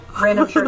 Random